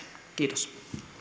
kiitos